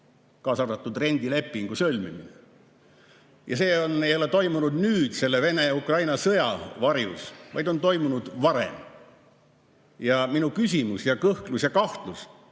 kaasa arvatud rendilepingu sõlmimine. See ei ole toimunud nüüd selle Vene-Ukraina sõja varjus, vaid on toimunud varem. Ja minu küsimus ja kõhklus ja kahtlus